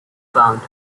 ponds